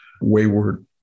wayward